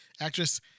actress